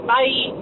Bye